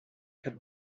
had